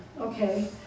okay